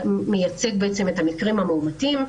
מייצג את המקרים המהותיים,